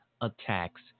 attacks